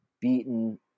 beaten